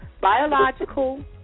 biological